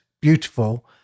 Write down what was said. beautiful